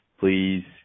please